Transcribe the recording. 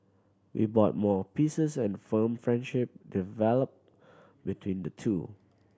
he bought more pieces and firm friendship developed between the two